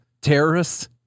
terrorists